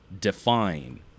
define